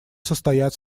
состоят